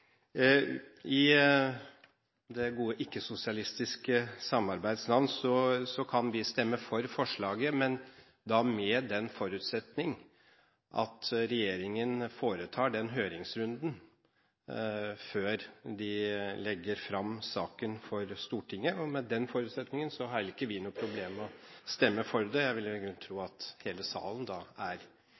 I det gode ikke-sosialistiske samarbeids navn kan vi stemme for forslaget, men da med den forutsetning at regjeringen foretar en høringsrunde før de legger saken fram for Stortinget. Med den forutsetningen har ikke vi noe problem med å stemme for det. Jeg ville vel i grunnen tro at hele salen da er